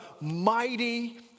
mighty